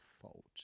fault